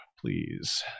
please